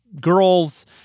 girls